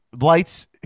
lights